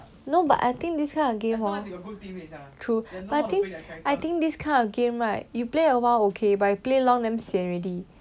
no but I think this kind of game hor true but I think I think this kind of game right you play awhile okay but you play long then sian already